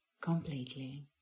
completely